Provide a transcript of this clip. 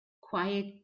quiet